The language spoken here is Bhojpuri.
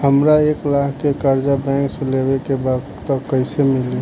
हमरा एक लाख के कर्जा बैंक से लेवे के बा त कईसे मिली?